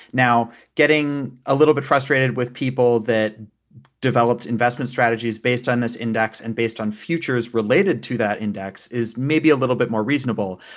now, getting a little bit frustrated with people that developed investment strategies based on this index and based on futures futures related to that index is maybe a little bit more reasonable.